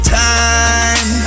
time